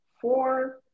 four